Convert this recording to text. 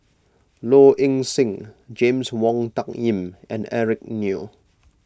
Low Ing Sing James Wong Tuck Yim and Eric Neo